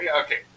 Okay